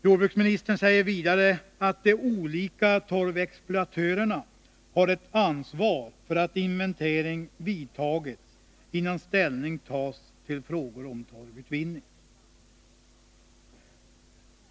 Jordbruksministern säger vidare att de olika torvexploatörerna har ett ansvar för att inventering vidtagits innan ställning tas till frågor om torvutvinning.